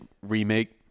remake